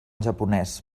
japonès